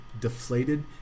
deflated